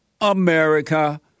America